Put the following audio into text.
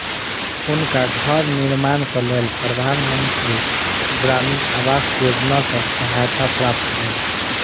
हुनका घर निर्माणक लेल प्रधान मंत्री ग्रामीण आवास योजना सॅ सहायता प्राप्त भेल